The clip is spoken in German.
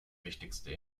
wichtigste